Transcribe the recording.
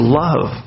love